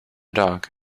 dog